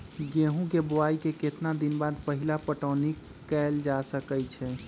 गेंहू के बोआई के केतना दिन बाद पहिला पटौनी कैल जा सकैछि?